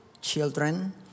children